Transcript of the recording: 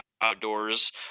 outdoors